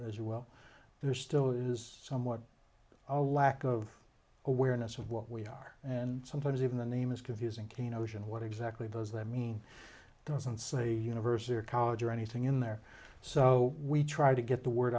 as well there still is somewhat lack of awareness of what we are and sometimes even the name is confusing cane ocean what exactly does that mean doesn't say university or college or anything in there so we try to get the word